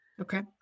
Okay